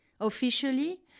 officially